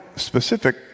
specific